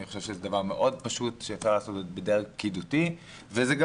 אני חושב שזה דבר מאוד פשוט שאפשר לעשות אותו בדרג פקידותי וזה גם